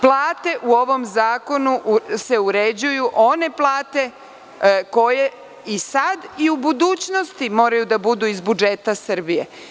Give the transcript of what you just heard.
Plate u ovom zakonu se uređuju one plate koje sada i u budućnosti moraju da budu iz budžeta Srbije.